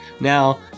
Now